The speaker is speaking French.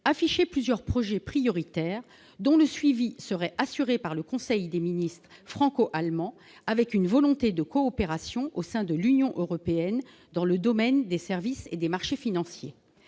afficher plusieurs projets prioritaires dont le suivi serait assuré par le conseil des ministres franco-allemand, avec une volonté de coopération au sein de l'Union européenne dans le domaine des services et des marchés financiers,